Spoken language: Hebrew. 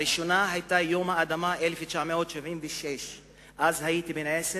הראשונה היתה יום האדמה 1976. אז הייתי בן עשר,